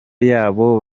yabo